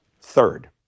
Third